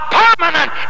permanent